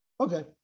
Okay